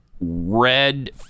Red